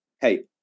hey